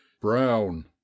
Brown